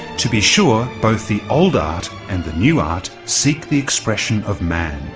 to be sure both the old art and the new art seek the expression of man.